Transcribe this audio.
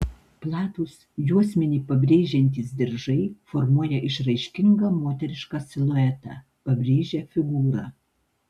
platūs juosmenį pabrėžiantys diržai formuoja išraiškingą moterišką siluetą pabrėžia figūrą